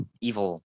evil